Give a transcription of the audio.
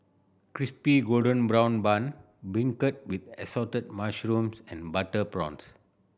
Crispy Golden Brown Bun beancurd with Assorted Mushrooms and butter prawns